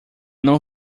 não